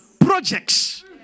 Projects